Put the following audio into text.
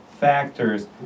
factors